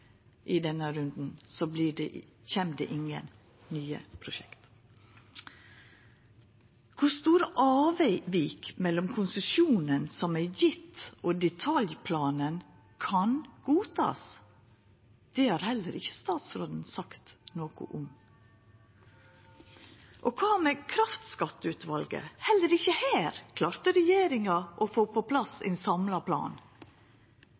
i denne runden, kjem det ingen nye prosjekt. Kor store avvik mellom konsesjonen som er gjeve, og detaljplanen kan godtakast? Det har heller ikkje statsråden sagt noko om. Kva med kraftskatteutvalet? Heller ikkje her klarte regjeringa å få på plass ein samla plan.